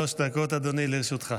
עד שלוש דקות, אדוני, לרשותך.